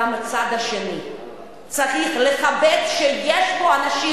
גם הצד השני צריך לכבד שיש פה אנשים